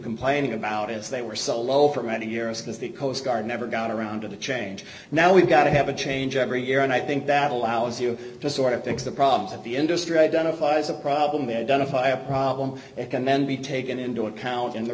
complaining about as they were so low for many years because the coast guard never got around to the change now we've got to have a change every year and i think that allows you to sort of fix the problems of the industry identifies a problem the identify a problem and then be taken into account in the